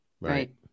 Right